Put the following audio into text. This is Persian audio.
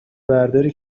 برداری